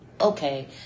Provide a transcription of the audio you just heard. okay